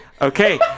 Okay